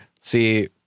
see